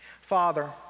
Father